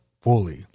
Fully